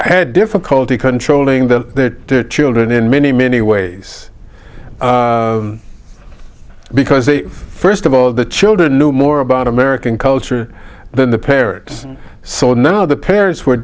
had difficulty controlling that their children in many many ways because they first of all the children knew more about american culture than the parents so now the parents w